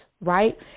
right